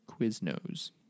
Quiznos